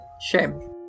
Shame